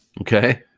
Okay